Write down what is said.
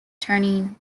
turing